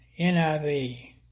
NIV